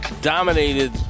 dominated